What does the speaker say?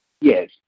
Yes